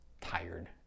tired